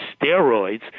steroids